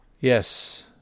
Yes